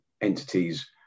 entities